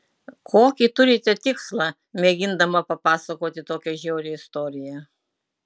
kokį turite tikslą mėgindama papasakoti tokią žiaurią istoriją